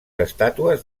estàtues